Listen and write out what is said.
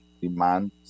demand